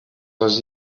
les